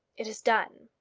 it is done.